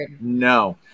no